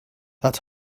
that